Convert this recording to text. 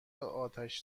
آتش